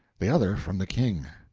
the other from the king.